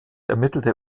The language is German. ermittelte